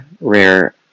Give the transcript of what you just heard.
rare